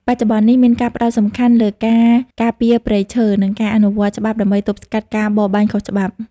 បច្ចុប្បន្ននេះ មានការផ្តោតសំខាន់លើការការពារព្រៃឈើ និងការអនុវត្តច្បាប់ដើម្បីទប់ស្កាត់ការបរបាញ់ខុសច្បាប់។